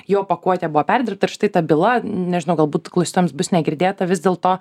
jo pakuotė buvo perdirbta ir štai ta byla nežinau galbūt klausytojams bus negirdėta vis dėl to